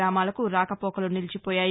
గ్రామాలకు రాకపోకలు నిలిచిపోయాయి